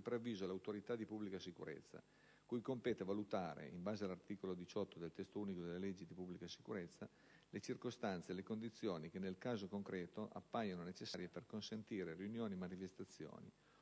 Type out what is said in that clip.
preavviso alle autorità di pubblica sicurezza, cui compete valutare, in base all'articolo 18 del Testo unico delle leggi di pubblica sicurezza, le circostanze e le condizioni che, nel caso concreto, appaiono necessarie per consentire riunioni e manifestazioni